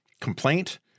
complaint